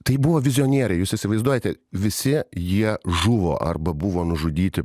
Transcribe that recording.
tai buvo vizijonėriai jūs įsivaizduojate visi jie žuvo arba buvo nužudyti